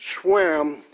swam